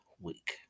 week